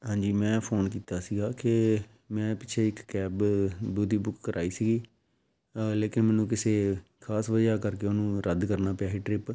ਹਾਂਜੀ ਮੈਂ ਫੋਨ ਕੀਤਾ ਸੀਗਾ ਕਿ ਮੈਂ ਪਿੱਛੇ ਇੱਕ ਕੈਬ ਬੁੱਕ ਕਰਵਾਈ ਸੀਗੀ ਲੇਕਿਨ ਮੈਨੂੰ ਕਿਸੇ ਖ਼ਾਸ ਵਜ੍ਹਾ ਕਰਕੇ ਉਹਨੂੰ ਰੱਦ ਕਰਨਾ ਪਿਆ ਸੀ ਟਰਿੱਪ